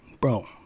bro